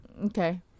Okay